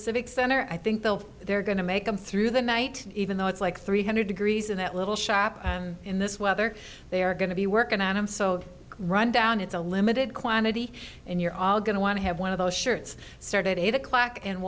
civic center i think they're going to make them through the night even though it's like three hundred degrees in that little shop in this weather they are going to be working on him so rundown it's a limited quantity and you're all going to want to have one of those shirts started eight o'clock and